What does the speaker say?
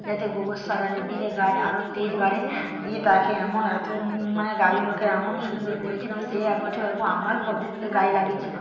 যাতে গোবর সার আরে দিলে গাছ আরো তেজ বাড়ে দিয়ে তাকে এমন এত মানে গাছগুলোকে এমন সুন্দর বলেছিলাম সে এক বছর এরকম আমার পদ্ধতিতে গাছ লাগিয়েছিলো